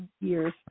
years